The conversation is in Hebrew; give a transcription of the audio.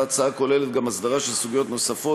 ההצעה כוללת גם הסדרה של סוגיות נוספות,